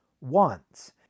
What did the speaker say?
wants